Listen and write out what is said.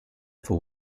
for